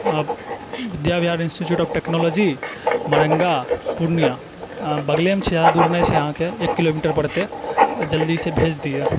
आओर Vidya Bihar institute of technology Maranga Purnia आओर बगलेमे छै जादा दूर नहि छै अहाँके एक किलोमीटर पड़तै जल्दीसँ भेज दियऽ